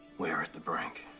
we are at the brink.